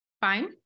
fine